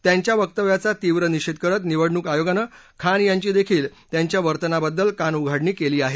त्यांच्या वक्तव्याचा तीव्र निषेध करत निवडणूक आयोगानं खान यांची देखील त्यांच्या वर्तनाबद्दल कानउघाडणी केली आहे